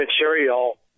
material